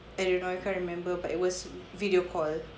I don't know I can't remember but it was video call